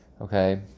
okay